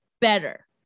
better